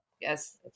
Yes